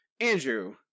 Andrew